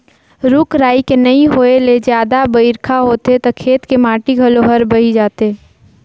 रूख राई के नइ होए ले जादा बइरखा होथे त खेत के माटी घलो हर बही जाथे